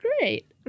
great